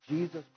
Jesus